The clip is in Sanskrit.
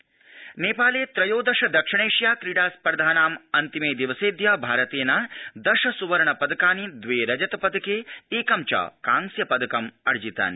दक्षिणैशियाक्रीडा नेपाले त्रयोदश दक्षिणैशिया क्रीडा स्पर्धानाम् अन्तिमे दिवसेऽद्य भारतेन दश सुवर्ण पदकानि द्वे रजतपदके एकं च कांस्य पदकम् अर्जितानि